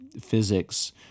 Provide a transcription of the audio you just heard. physics